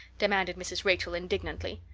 demanded mrs. rachel indignantly.